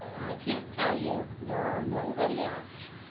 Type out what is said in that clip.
i can't tell you, nor nobody else.